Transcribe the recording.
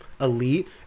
elite